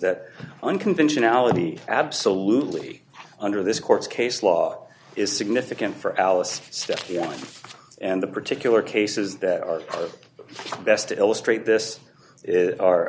that unconventionality absolutely under this court's case law is significant for alice and the particular cases that are best to illustrate this is our